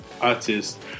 artist